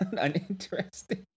uninteresting